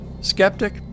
Skeptic